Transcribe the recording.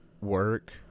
work